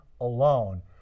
alone